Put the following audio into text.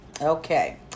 Okay